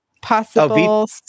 possible